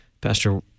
Pastor